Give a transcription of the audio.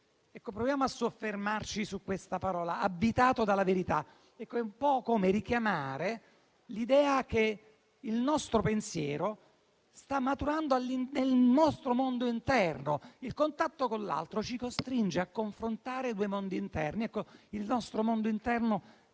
Proviamo a soffermarci su questa espressione "abitato dalla verità". È un po' come richiamare l'idea che il nostro pensiero stia maturando nel nostro mondo interno: il contatto con l'altro ci costringe a confrontare due mondi interni, il nostro mondo interno